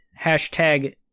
hashtag